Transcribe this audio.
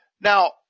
Now